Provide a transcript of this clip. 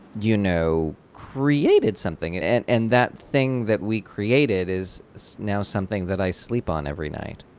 you know, created something. and and and that thing that we created is so now something that i sleep on every night